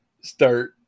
start